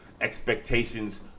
expectations